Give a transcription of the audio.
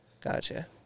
Gotcha